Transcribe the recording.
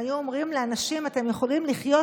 אם היו אומרים לאנשים: אתם יכולים לחיות